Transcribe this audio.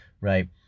right